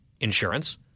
insurance